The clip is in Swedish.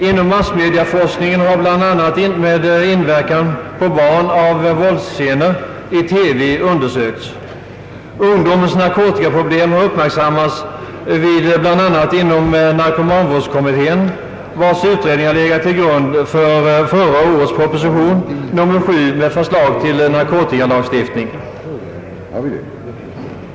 Inom massmediaforskningen har bland annat inverkan på barn av våldsscener i TV undersökts. Ungdomens narkotikaproblem har uppmärksammats bland annat inom narkomanvårdskommittén, vars utredning har legat till grund för förra årets proposition med förslag till narkotikalagstiftning.